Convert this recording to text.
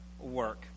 work